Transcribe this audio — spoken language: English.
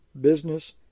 business